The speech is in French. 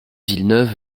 villeneuve